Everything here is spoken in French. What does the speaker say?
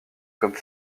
comme